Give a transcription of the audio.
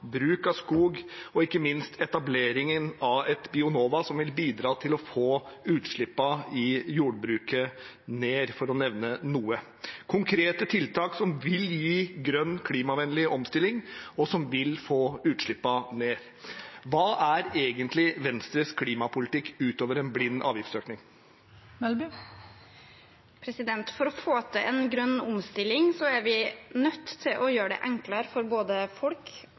bruk av skog og ikke minst etableringen av Bionova, som vil bidra til å få utslippene i jordbruket ned – for å nevne noe. Det er konkrete tiltak som vil gi grønn, klimavennlig omstilling, og som vil få utslippene ned. Hva er egentlig Venstres klimapolitikk utover en blind avgiftsøkning? For å få til en grønn omstilling er vi nødt til å gjøre det enklere for både folk,